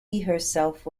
herself